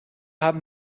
haben